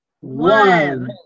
one